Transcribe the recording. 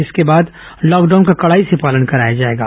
इसके बाद लॉकडाउन का कड़ाई से पालन कराया जाएगा